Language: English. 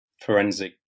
forensic